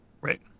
Right